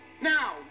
Now